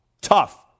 Tough